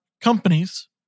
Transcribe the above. companies